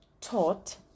taught